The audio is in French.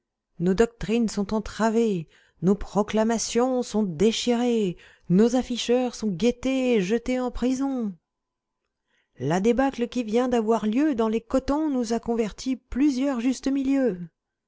nos doctrines sont entravées nos proclamations sont déchirées nos afficheurs sont guettés et jetés en prison la débâcle qui vient d'avoir lieu dans les cotons nous a converti plusieurs